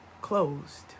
closed